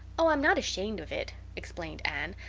oh, i'm not ashamed of it, explained anne,